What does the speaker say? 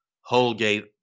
Holgate